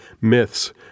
myths